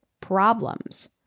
problems